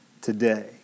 today